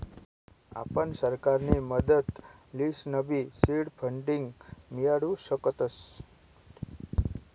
आपण सरकारनी मदत लिसनबी सीड फंडींग मियाडू शकतस